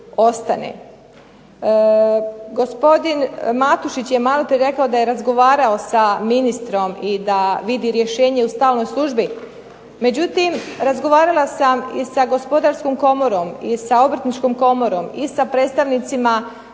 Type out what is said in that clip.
ostane. Gospodin Matušić je maloprije rekao da je razgovarao sa ministrom i da vidi rješenje u stalnoj službi, međutim razgovarala sam i sa Gospodarskom komorom i sa Obrtničkom komorom i sa predstavnicima